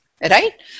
right